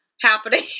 happening